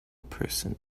person